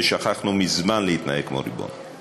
ושכחנו מזמן להתנהג כמו ריבון.